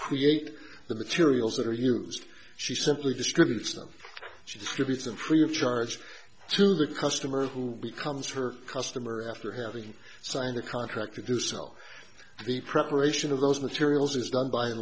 create the materials that are used she simply distributes them she repeats them free of charge to the customer who becomes her customer after having signed a contract to do so the preparation of those materials is done by a